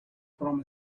from